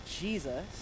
jesus